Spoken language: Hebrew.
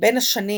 בין השנים